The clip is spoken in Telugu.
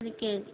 అది కేజీ